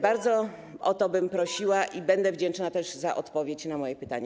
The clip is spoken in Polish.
Bardzo o to bym prosiła i będę wdzięczna też za odpowiedź na moje pytanie.